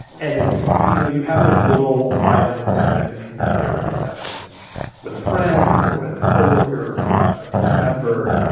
and you know, you have those little five minute, ten minute, fifteen minute therapy sessions with a friend or with a co-worker, a team member,